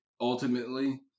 ultimately